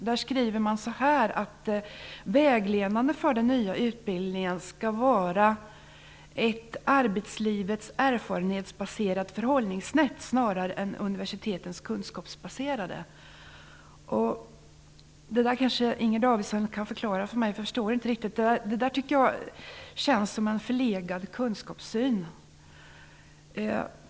Där skriver man att vägledande för den nya utbildningen skall vara ett "arbetslivets erfarenhetsbaserat förhållningssätt" snarare än "universitetens kunskapsbaserade". Det här kanske Inger Davidson kan förklara för mig, för jag förstår det inte riktigt. Det där känns som en förlegad kunskapssyn.